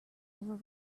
over